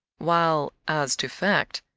while, as to fact,